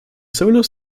sulu